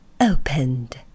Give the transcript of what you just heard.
opened